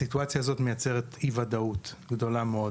הסיטואציה הזו מייצרת אי-ודאות גדולה מאוד